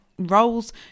roles